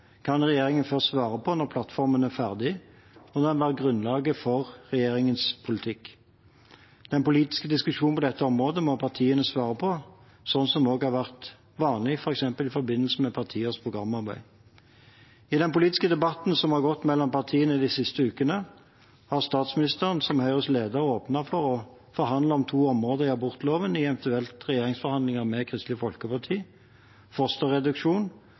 kan regjeringen først svare på når plattformen er ferdig, og den vil være grunnlaget for regjeringens politikk. Den politiske diskusjonen på dette området må partiene svare på, slik som også er vanlig f.eks. i forbindelse med partienes programarbeid. I den politiske debatten som har gått mellom partiene de siste ukene, har statsministeren, som Høyres leder, åpnet for å forhandle om to områder i abortloven i eventuelle regjeringsforhandlinger med Kristelig Folkeparti: fosterreduksjon